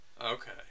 Okay